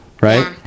Right